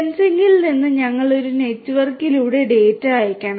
സെൻസിംഗിൽ നിന്ന് ഞങ്ങൾ ഒരു നെറ്റ്വർക്കിലൂടെ ഡാറ്റ അയയ്ക്കണം